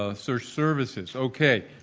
ah search services. okay!